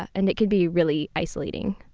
and it can be really isolating.